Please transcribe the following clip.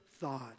thought